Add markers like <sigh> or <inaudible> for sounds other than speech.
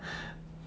<breath>